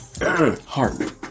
hard